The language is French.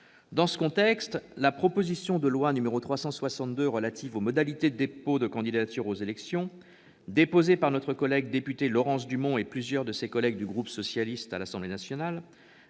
Dans ce contexte, la proposition de loi relative aux modalités de dépôt de candidature aux élections, déposée par notre collègue députée Laurence Dumont et plusieurs de ses collègues du groupe socialiste, adoptée par l'Assemblée nationale